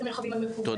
את המרחבים המקוונים.